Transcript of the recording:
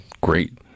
Great